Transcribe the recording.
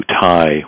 tie